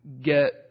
get